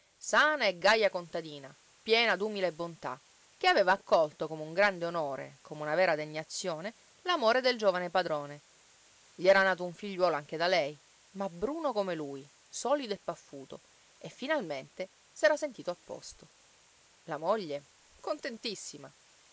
sana e gaja contadina piena d'umile bontà che aveva accolto come un grande onore come una vera degnazione l'amore del giovane padrone gli era nato un figliuolo anche da lei ma bruno come lui solido e paffuto e finalmente s'era sentito a posto la moglie contentissima